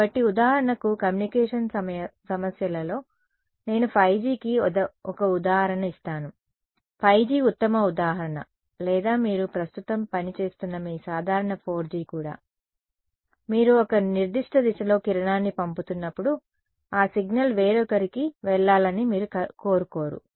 కాబట్టి ఉదాహరణకు కమ్యూనికేషన్ సమస్యలలో నేను 5Gకి ఒక ఉదాహరణ ఇస్తాను 5G ఉత్తమ ఉదాహరణ లేదా మీరు ప్రస్తుతం పని చేస్తున్న మీ సాధారణ 4G కూడా మీరు ఒక నిర్దిష్ట దిశలో కిరణాన్ని పంపుతున్నప్పుడు ఆ సిగ్నల్ వేరొకరికి వెళ్లాలని మీరు కోరుకోరు